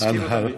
תזכיר אותן.